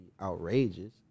outrageous